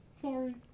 Sorry